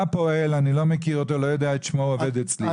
בא פועל ואני לא מכיר אותו או את שמו שעובד אצלי.